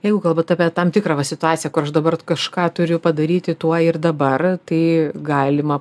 jeigu kalbat apie tam tikrą va situaciją kur aš dabar kažką turiu padaryti tuoj ir dabar tai galima